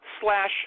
slash